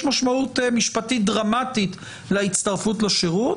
משמעות משפטית דרמטית להצטרפות לשירות,